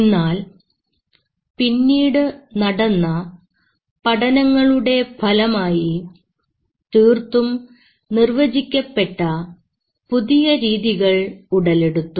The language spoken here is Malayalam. എന്നാൽ പിന്നീടു നടന്ന പഠനങ്ങളുടെ ഫലമായി തീർത്തും നിർവചിക്കപ്പെട്ട പുതിയ രീതികൾ ഉടലെടുത്തു